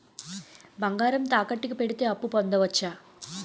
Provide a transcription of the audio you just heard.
బంగారం తాకట్టు కి పెడితే అప్పు పొందవచ్చ?